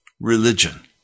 religion